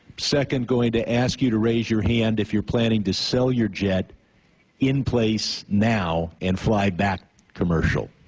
second going to ask you to raise your hand if you're planning to seel your jet in place now, and fly back commercial?